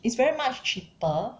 it's very much cheaper